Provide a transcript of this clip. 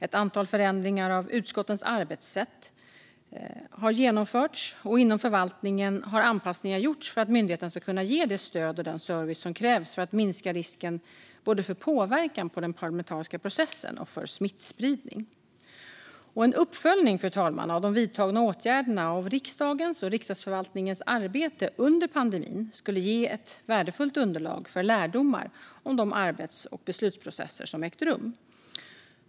Ett antal förändringar av utskottens arbetssätt har genomförts. Inom förvaltningen har anpassningar gjorts för att myndigheten ska ge det stöd och den service som krävs för att minska risken både för påverkan på den parlamentariska processen och för smittspridning. Fru talman! En uppföljning av de vidtagna åtgärderna och av riksdagens och Riksdagsförvaltningens arbete under pandemin skulle ge ett värdefullt underlag för lärdomar om de arbets och beslutsprocesser som har ägt rum.